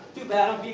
too bad.